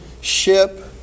ship